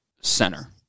center